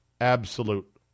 absolute